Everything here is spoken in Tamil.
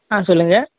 ஆ சொல்லுங்க